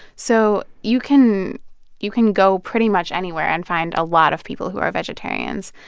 so you can you can go pretty much anywhere and find a lot of people who are vegetarians.